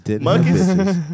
monkeys